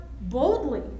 boldly